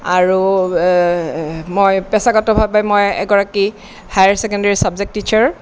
আৰু মই পেছাগত ভাৱে মই এগৰাকী হায়াৰ ছেকেণ্ডেৰী ছাবজেক্ট টিছাৰ